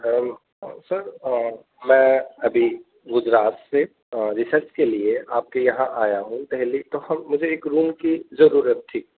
سر میں ابھی گجرات سے ریسرچ کے لیے آپ کے یہاں آیا ہوں دہلی تو ہم مجھے ایک روم کی ضرورت تھی